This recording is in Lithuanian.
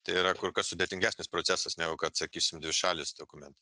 tai yra kur kas sudėtingesnis procesas negu kad sakysim dvišalis dokumentas